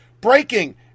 Breaking